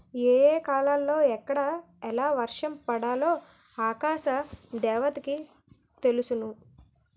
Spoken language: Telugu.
ఏ ఏ కాలాలలో ఎక్కడ ఎలా వర్షం పడాలో ఆకాశ దేవతకి తెలుసును